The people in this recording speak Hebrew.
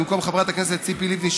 במקום חברת הכנסת ציפי לבני,